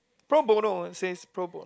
pro bono it says pro bono